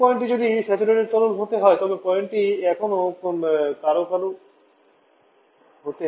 3 পয়েন্টটি যদি স্যাচুরেটেড তরল হতে হয় তবে পয়েন্টটি এখানে কারও কারও হতে হবে